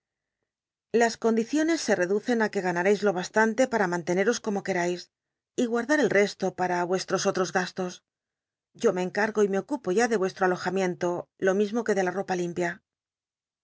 las condiciones se reducen á que ganareis lo jjastanlc para mantener como queráis y guardar el resto para uesttos otros gastos yo me encargo y me ocupo ya de yueslro alojamiento lo nlismo que de la ropa limpia